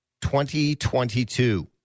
2022